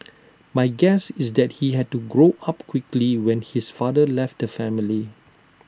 my guess is that he had to grow up quickly when his father left the family